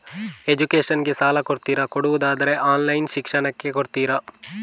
Education ಗೆ ಸಾಲ ಕೊಡ್ತೀರಾ, ಕೊಡುವುದಾದರೆ ಆನ್ಲೈನ್ ಶಿಕ್ಷಣಕ್ಕೆ ಕೊಡ್ತೀರಾ?